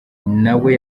nawe